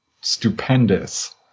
stupendous